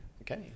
Okay